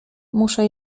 muszę